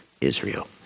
Israel